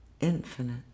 Infinite